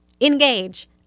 engage